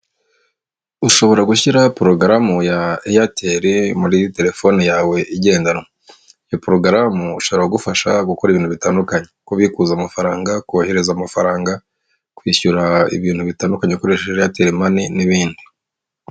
Ushobora gushyiraraho porogaramu ya eyateri muri telefone yawe igendanwa iyo porogaramu ushobora kugufasha gukora ibintu bitandukanye kubikuza amafaranga, kohereza amafaranga, kwishyura ibintu bitandukanye ukoresheje eyateri mani n'ibindi.